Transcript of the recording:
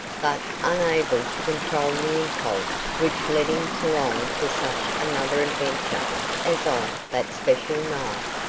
but unable to control the impulse which led him to long for such another adventure as on that special night.